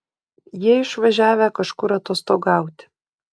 jie išvažiavę kažkur atostogauti